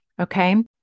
Okay